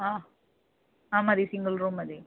അ ആ മതി single room മതി